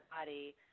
body